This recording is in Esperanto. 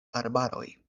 arbaroj